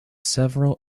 several